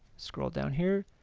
scroll down here.